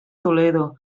toledo